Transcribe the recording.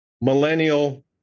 millennial